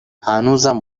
هنوزم